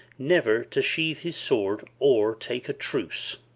never to sheath his sword or take a truce.